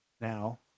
now